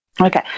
Okay